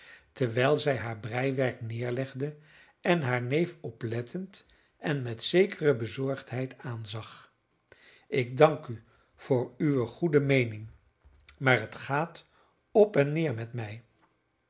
terwijl zij haar breiwerk neerlegde en haar neef oplettend en met zekere bezorgdheid aanzag ik dank u voor uwe goede meening maar het gaat op en neer met mij op